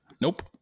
Nope